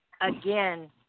again